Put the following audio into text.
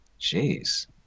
Jeez